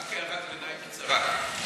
רק הערת ביניים קצרה: